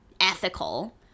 ethical